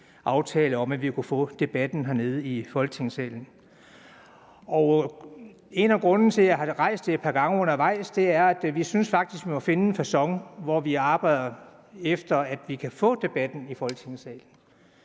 aftale om, at vi kunne få debatten herned i Folketingssalen. En af grundene til, at jeg har rejst det et par gange undervejs, er, at vi faktisk synes, vi må finde en facon, hvor vi arbejder ud fra, at vi kan få debatten i Folketingssalen.